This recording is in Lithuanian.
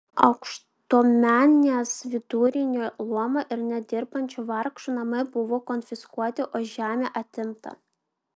aukštuomenės vidurinio luomo ir net dirbančių vargšų namai buvo konfiskuoti o žemė atimta